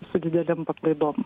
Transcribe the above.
su didelėm paklaidom